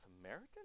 Samaritan